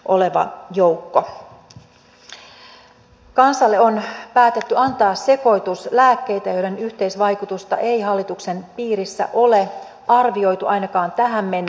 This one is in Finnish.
kansalle on päätetty antaa sekoitus lääkkeitä joiden yhteisvaikutusta ei hallituksen piirissä ole arvioitu ainakaan tähän mennessä